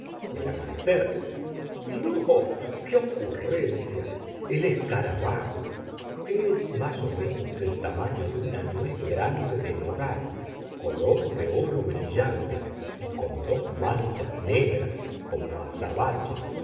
el amanecer no qué ocurrencia el escarabajo es más o menos del tamaño de una nuez grande de nogal color de oro brillante y con dos manchas negras como azabache